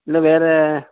இல்லை வேறு